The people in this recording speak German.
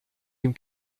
ihm